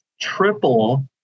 triple